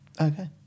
Okay